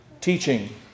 teaching